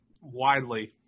widely